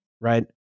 right